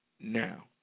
now